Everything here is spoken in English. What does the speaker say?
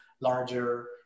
larger